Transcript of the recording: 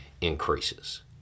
increases